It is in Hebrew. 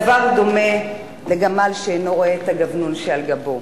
והדבר דומה לגמל שאינו רואה את הגבנון שעל גבו.